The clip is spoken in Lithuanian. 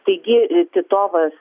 taigi i titovas